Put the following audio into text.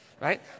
right